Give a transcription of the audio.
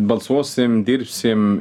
balsuosim dirbsim